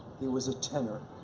he was a tenor.